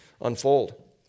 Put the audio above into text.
Unfold